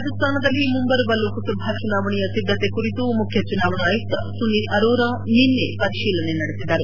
ರಾಜಸ್ತಾನದಲ್ಲಿ ಮುಂಬರುವ ಲೋಕಸಭಾ ಚುನಾವಣೆಯ ಸಿದ್ದತೆ ಕುರಿತು ಮುಖ್ಯ ಚುನಾವಣಾ ಆಯುಕ್ತ ಸುನೀಲ್ ಅರೋರಾ ನಿನ್ನೆ ಪರಿಶೀಲನೆ ನಡೆಸಿದರು